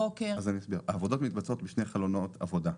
העבודות מתבצעות בשני חלונות עבודה.